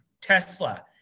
Tesla